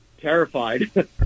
terrified